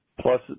plus